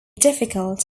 difficult